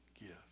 gift